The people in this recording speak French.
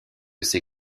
ces